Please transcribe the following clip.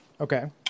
Okay